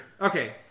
Okay